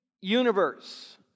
universe